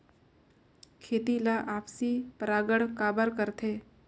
खेती ला आपसी परागण काबर करथे?